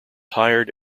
hired